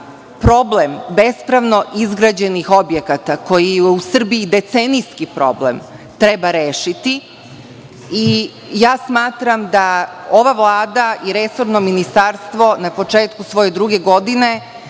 problem bespravno izgrađenih objekata koji je u Srbiji decenijski problem treba rešiti. Smatram da ova Vlada i resorno ministarstvo na početku svoje druge godine